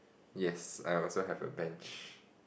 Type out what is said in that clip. yes I also have a bench